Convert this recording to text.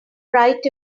right